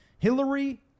Hillary